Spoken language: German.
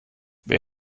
wer